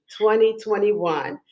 2021